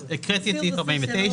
סעיף 49 הוקרא.